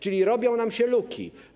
Czyli robią nam się luki.